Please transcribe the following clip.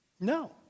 No